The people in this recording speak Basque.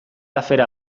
afera